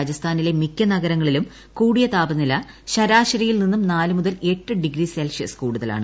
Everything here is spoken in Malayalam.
രാജസ്ഥാനിലെ മിക്ക നഗരങ്ങളിലും കൂടിയ താപനില ശരാശരിയിൽ നിന്നും നാല് മുതൽ എട്ട് ഡിഗ്രി സെൽഷ്യസ് കൂടുതലാണ്